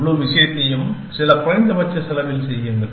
முழு விஷயத்தையும் சில குறைந்தபட்ச செலவில் செய்யுங்கள்